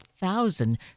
thousand